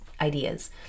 ideas